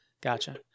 Gotcha